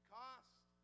cost